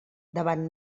davant